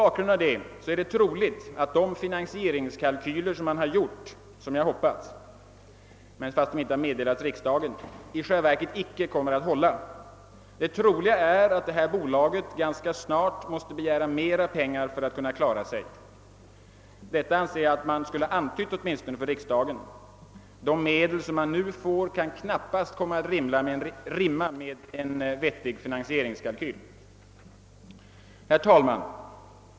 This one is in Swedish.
Mot den bakgrunden är det troligt att de finansieringskalkyler som jag hoppas har uppgjorts, även om de inte i någon detalj har meddelats riksdagen, inte kommer att hålla i verkligheten. Det troliga är att bolaget ganska snart måste begära mera pengar för att klara sig, och detta anser jag att man åtminstone skulle ha antytt för riksdagen. De medel man nu får kan knappast rimma med en vettig finansieringskalkyl. Herr talman!